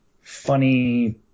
funny